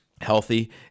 healthy